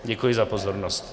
Děkuji za pozornost.